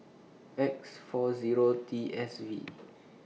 X four Zero T S V